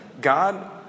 God